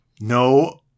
No